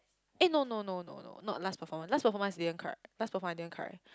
eh no no no no no not last performance last performance I didn't cry last performance I didn't cry